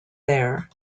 there